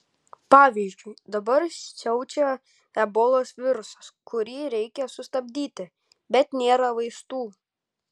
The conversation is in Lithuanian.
pavyzdžiui dabar siaučia ebolos virusas kurį reikia sustabdyti bet nėra vaistų